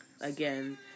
again